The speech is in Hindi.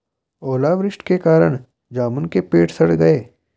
ओला वृष्टि के कारण जामुन के पेड़ सड़ गए